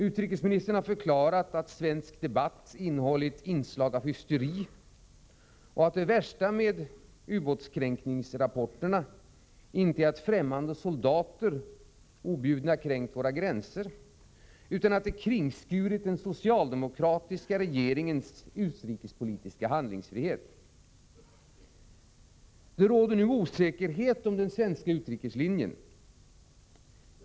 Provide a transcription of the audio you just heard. Utrikesministern har förklarat att svensk debatt innehållit ”inslag av hysteri” och att det värsta med ubåtskränkningsrapporterna inte är att främmande soldater objudna kränkt våra gränser, utan att de kringskurit den socialdemokratiska regeringens utrikespolitiska handlingsfrihet. Det råder nu osäkerhet om den svenska utrikeslinjen.